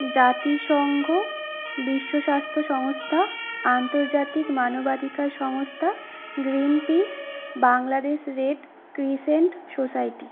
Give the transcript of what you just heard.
জাতিসঙ্ঘ বিশ্ব স্বাস্থ্য সংস্থা আন্তর্জাতিক মানবাধিকার সংস্থা Greenpeace Bangladesh Red Crescent society